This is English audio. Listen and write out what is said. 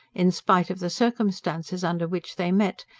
in spite of the circumstances under which they met,